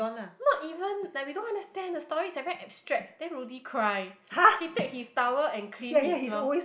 not even like we don't understand the story is like very abstract then Rudy cry he take his towel and clean his mouth